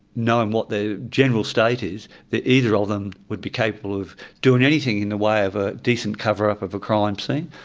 knowing what their general state is, that either of them would be capable of doing anything in the way of a decent cover-up of a crime scene.